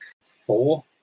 four